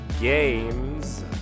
games